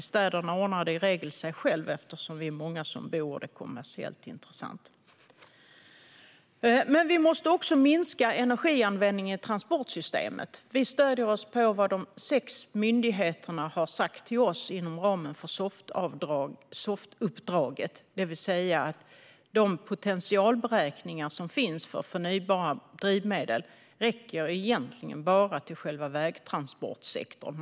I städerna ordnar det sig i regel av sig självt, eftersom vi är många som bor där och eftersom det är kommersiellt intressant. Vi måste också minska energianvändningen i transportsystemet. Vi stöder oss på vad de sex myndigheterna har sagt till oss inom ramen för SOFT-uppdraget, det vill säga att de potentialberäkningar som finns för förnybara drivmedel egentligen bara räcker till själva vägtransportsektorn.